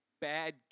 bad